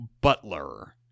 Butler